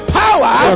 power